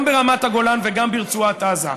גם ברמת הגולן וגם ברצועת עזה.